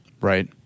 Right